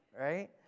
right